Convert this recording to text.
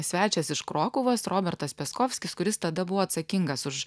svečias iš krokuvos robertas peskofskis kuris tada buvo atsakingas už